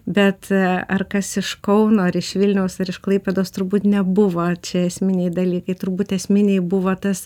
bet ar kas iš kauno ar iš vilniaus ar iš klaipėdos turbūt nebuvo čia esminiai dalykai turbūt esminiai buvo tas